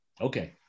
okay